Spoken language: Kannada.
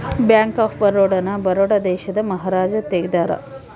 ಬ್ಯಾಂಕ್ ಆಫ್ ಬರೋಡ ನ ಬರೋಡ ದೇಶದ ಮಹಾರಾಜ ತೆಗ್ದಾರ